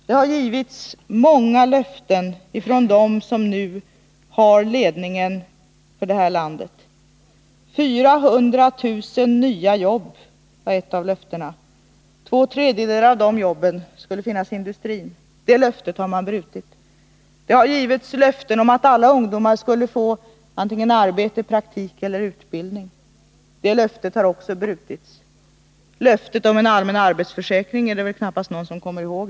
Det har givits många löften av dem som nu har ledningen för det här landet. 400 000 nya jobb var ett av löftena. Två tredjedelar av de jobben skulle finnas i industrin. Det löftet har man brutit. Det har givits ett löfte om att alla ungdomar skulle få antingen arbete, praktik eller utbildning. Det löftet har också brutits. Löftet om en allmän arbetsförsäkring är det väl knappast någon som ens kommer ihåg.